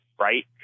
right